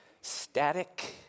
static